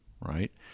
right